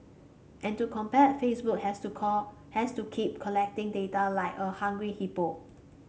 and to compete Facebook has to call has to keep collecting data like a hungry hippo